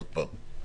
עוד פעם.